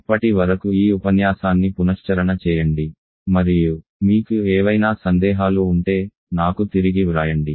అప్పటి వరకు ఈ ఉపన్యాసాన్ని పునశ్చరణ చేయండి మరియు మీకు ఏవైనా సందేహాలు ఉంటే నాకు తిరిగి వ్రాయండి